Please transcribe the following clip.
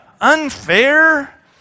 unfair